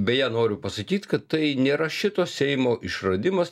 beje noriu pasakyt kad tai nėra šito seimo išradimas